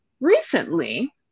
recently